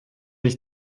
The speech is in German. ich